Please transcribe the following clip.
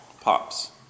pops